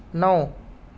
نو